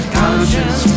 conscience